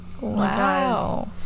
wow